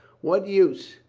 what use?